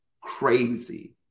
crazy